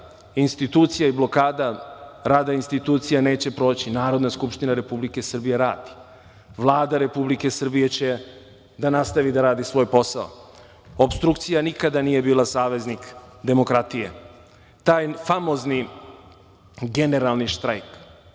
institucija i blokada rada institucija neće proći. Narodna skupština Republike Srbije radi. Vlada Republike Srbije će nastaviti da radi svoj posao. Opstrukcija nikada nije bila saveznik demokratije. Taj famozni generalni štrajk,